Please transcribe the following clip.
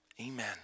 Amen